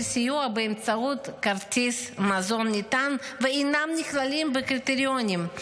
סיוע באמצעות כרטיס מזון נטען ואינם נכללים בקריטריונים?